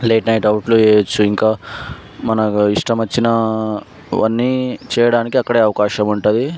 late night out చేయొచ్చు ఇంకా మన ఇష్టం వచ్చినవన్నీ చేయడానికి అక్కడ అవకాశం ఉంటుంది